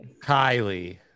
Kylie